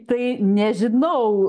tai nežinau